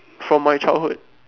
from my childhood